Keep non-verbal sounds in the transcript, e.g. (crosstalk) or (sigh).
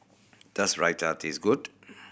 does Raita taste good (noise)